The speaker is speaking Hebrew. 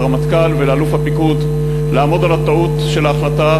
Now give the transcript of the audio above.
לרמטכ"ל ולאלוף הפיקוד לעמוד על הטעות של ההחלטה,